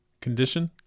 condition